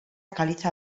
caliza